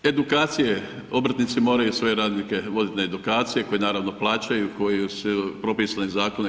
Edukacije, obrtnici moraju svoje radnike voditi na edukacije koje naravno plaćaju, koje je propisano u zakoni EU.